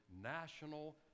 national